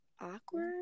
awkward